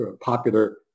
popular